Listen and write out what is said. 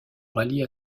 rallie